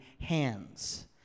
hands